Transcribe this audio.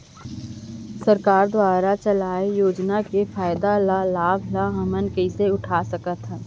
सरकार दुवारा चलाये योजना के फायदा ल लाभ ल हमन कइसे उठा सकथन?